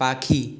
পাখি